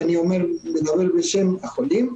ואני מדבר בשם החולים,